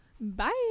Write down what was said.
Bye